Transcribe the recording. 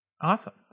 Awesome